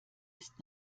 ist